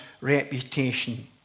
reputation